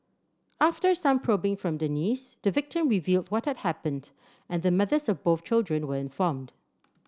after some probing from the niece the victim revealed what had happened and the mothers of both children were informed